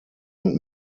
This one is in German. und